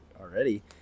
already